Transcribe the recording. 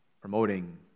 promoting